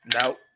No